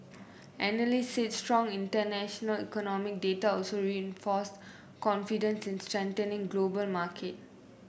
analysts said strong international economic data also reinforced confidence in a strengthening global market